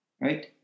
right